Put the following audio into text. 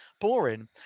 boring